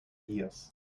years